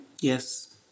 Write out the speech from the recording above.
Yes